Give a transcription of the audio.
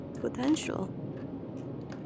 Potential